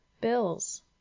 bills